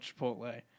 Chipotle